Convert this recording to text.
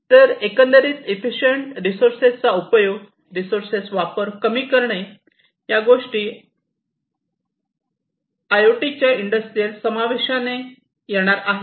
तर एकंदरीत efficient resources चा उपयोग रिसोर्सेस वापर कमी करणे या गोष्टी आयओटीच्या इंडस्ट्रियल समावेशाने येणार आहेत